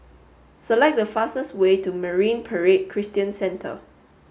select the fastest way to Marine Parade Christian Centre